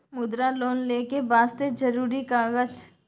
मुद्रा लोन लेके वास्ते जरुरी कागज?